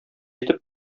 итеп